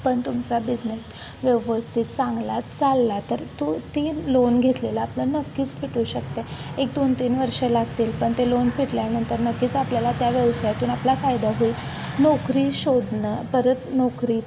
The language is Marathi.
पण तुमचा बिझनेस व्यवस्थित चांगला चालला तर तो ती लोन घेतलेला आपलं नक्कीच फिटू शकते एक दोन तीन वर्ष लागतील पण ते लोन फिटल्यानंतर नक्कीच आपल्याला त्या व्यवसायातून आपला फायदा होईल नोकरी शोधणं परत नोकरीत